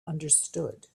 understood